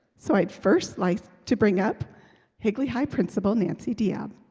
so i'd first like to bring up higley high principal nancy diab